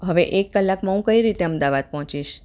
હવે એક કલાકમાં હું કઈ રીતે અમદાવાદ પહોંચીશ